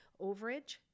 overage